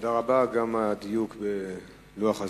תודה רבה גם על הדיוק ולוח הזמנים.